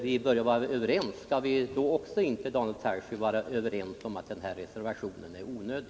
Vi bör vara överens, men skall vi då inte, Daniel Tarschys, också kunna vara överens om att den här reservationen är onödig?